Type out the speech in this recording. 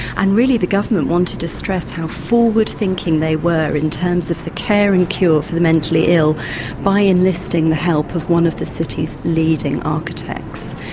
and really the government wanted to stress how forward thinking they were in terms of the care and cure of the mentally ill by enlisting the help of one of the city's leading architects.